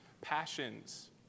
passions